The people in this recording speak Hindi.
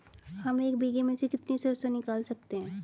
हम एक बीघे में से कितनी सरसों निकाल सकते हैं?